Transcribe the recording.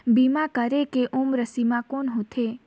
बीमा करे के उम्र सीमा कौन होथे?